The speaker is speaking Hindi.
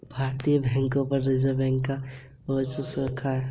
भारतीय बैंकों पर रिजर्व बैंक का वर्चस्व है